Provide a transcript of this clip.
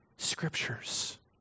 Scriptures